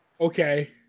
Okay